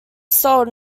sold